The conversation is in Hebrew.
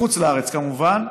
בחוץ-לארץ כמובן,